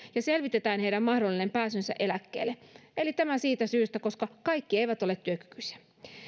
ja selvitetään heidän mahdollinen pääsynsä eläkkeelle eli tämä siitä syystä koska kaikki eivät ole työkykyisiä